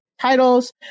titles